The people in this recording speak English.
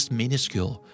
minuscule